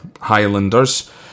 Highlanders